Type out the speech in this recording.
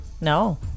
No